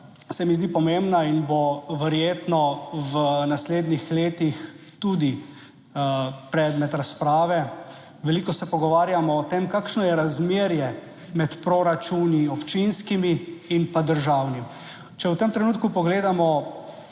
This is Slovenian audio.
se mi zdi pomembna in bo verjetno v naslednjih letih tudi predmet razprave. Veliko se pogovarjamo o tem, kakšno je razmerje med proračuni, občinskimi in pa državnim. Če v tem trenutku pogledamo